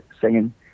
singing